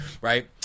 right